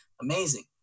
amazing